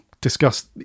discuss